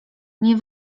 nie